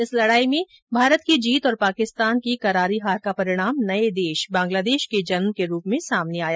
इस लड़ाई में भारत की जीत और पाकिस्तान की करारी हार का परिणाम नये देश बंगलादेश के जन्म के रूप में सामने आया